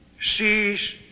sees